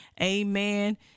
Amen